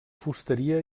fusteria